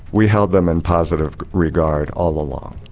we held them in positive regard all along.